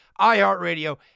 iHeartRadio